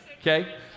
Okay